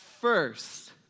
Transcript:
first